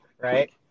Right